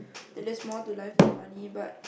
that there is more to life than money but